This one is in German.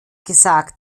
gesagt